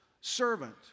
servant